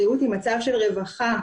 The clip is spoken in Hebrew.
בריאות היא מצב של רווחה פיזית,